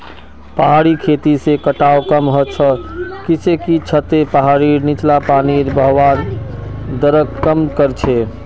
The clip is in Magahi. पहाड़ी खेती से कटाव कम ह छ किसेकी छतें पहाड़ीर नीचला पानीर बहवार दरक कम कर छे